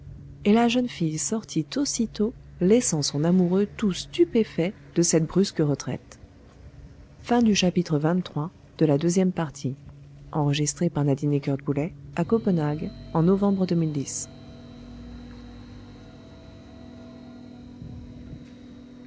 et la jeune fille sortit aussitôt laissant son amoureux tout stupéfait de cette brusque retraite